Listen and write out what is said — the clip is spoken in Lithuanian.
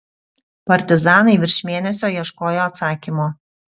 partizanai virš mėnesio ieškojo atsakymo